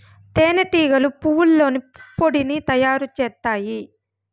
తేనె టీగలు పువ్వల్లోని పుప్పొడిని తయారు చేత్తాయి